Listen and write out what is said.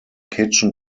kitchen